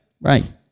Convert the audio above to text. Right